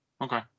okay